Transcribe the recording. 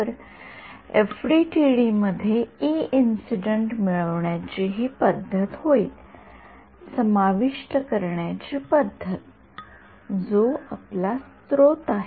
तर एफडीटीडी मध्ये E incident मिळवण्याची ही पध्दत होईल समाविष्ट करण्याची पध्दत जो आपला स्रोत आहे